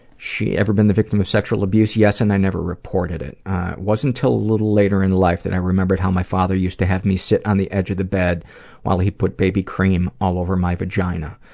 ever been the victim of sexual abuse? yes, and i never reported it. it wasn't until a little later in life that i remembered how my father used to have me sit on the edge of the bed while he put baby cream all over my vagina.